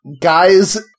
guys